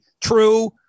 true